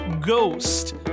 ghost